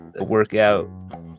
workout